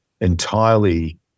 entirely